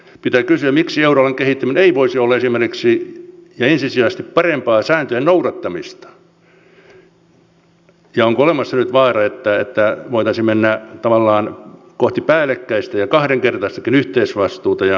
pitää kysyä miksi euroalueen kehittäminen ei voisi olla esimerkiksi ensisijaisesti parempaa sääntöjen noudattamista ja onko olemassa nyt vaara että voitaisiin mennä tavallaan kohti päällekkäistä ja kahdenkertaistakin yhteisvastuuta ja moraalikadon vaaraa